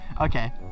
Okay